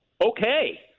okay